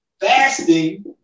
fasting